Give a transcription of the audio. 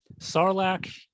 Sarlacc